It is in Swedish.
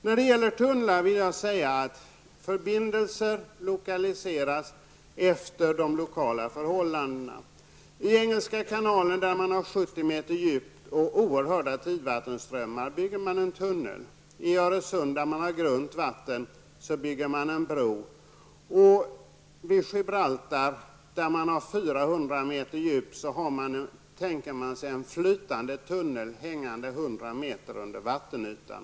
Beträffande tunnelalternativet vill jag säga att förbindelser byggs efter de lokala förhållandena. I Engelska kanalen, där det är 70 meter djupt och oerhörda tidvattenströmmar, bygger man en tunnel. I Öresund, där det är grunt vatten, bygger man en bro. Vid Gibraltar, där det är 400 meter djupt, tänker man sig en flytande tunnel hängande 100 meter under vattenytan.